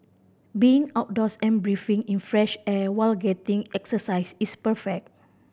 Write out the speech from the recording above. being outdoors and breathing in fresh air while getting exercise is perfect